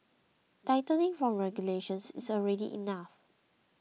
tightening from regulations is already enough